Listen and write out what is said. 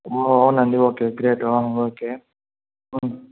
అవునా అండి okay great okay